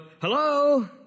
hello